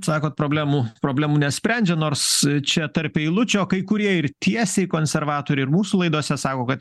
sakot problemų problemų nesprendžia nors čia tarp eilučių o kai kurie ir tiesiai konservatoriai ir mūsų laidose sako kad